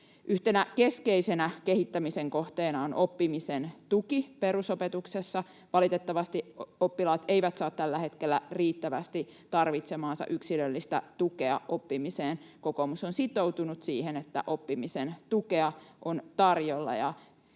Yhtenä keskeisenä kehittämisen kohteena on oppimisen tuki perusopetuksessa. Valitettavasti oppilaat eivät saa tällä hetkellä riittävästi tarvitsemaansa yksilöllistä tukea oppimiseen. Kokoomus on sitoutunut siihen, että oppimisen tukea on tarjolla